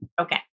Okay